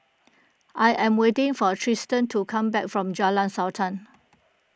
I am waiting for Trystan to come back from Jalan Sultan